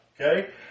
Okay